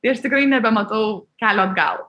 tai aš tikrai nebematau kelio atgal